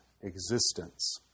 existence